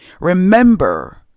Remember